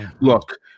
look